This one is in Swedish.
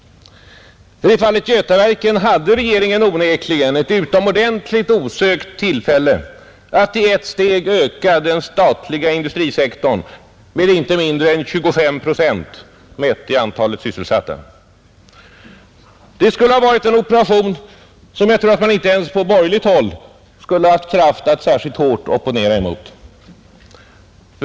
I fallet Götaverken hade regeringen onekligen ett utomordentligt och osökt tillfälle att i ett steg öka den statliga industrisektorn med inte mindre än 25 procent, mätt i antalet sysselsatta. Det skulle ha varit en operation som jag tror att man inte ens på borgerligt håll skulle ha haft kraft att särskilt hårt opponera mot.